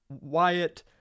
Wyatt